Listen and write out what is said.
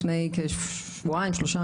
לפני כשבועיים-שלושה,